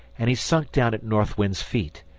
and he sunk down at north wind's feet,